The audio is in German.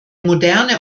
moderne